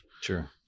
Sure